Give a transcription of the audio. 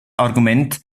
argument